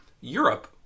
Europe